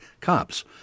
cops